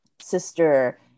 sister